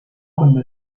cuando